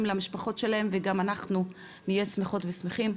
למשפחות שלהם וגם אנחנו נהיה שמחות ושמחים.